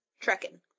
trekking